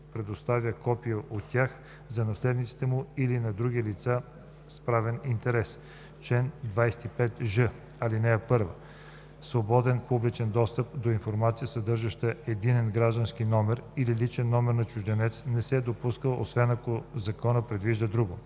предоставя копие от тях на наследниците му или на други лица с правен интерес. Чл. 25ж. (1) Свободен публичен достъп до информация, съдържаща единен граждански номер или личен номер на чужденец, не се допуска, освен ако закон предвижда друго.